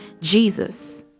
Jesus